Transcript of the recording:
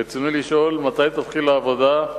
רצוני לשאול: 1. מתי תתחיל העבודה?